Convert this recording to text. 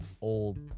old